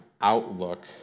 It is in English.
outlook